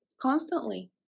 constantly